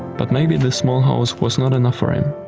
but maybe this small house was not enough for him.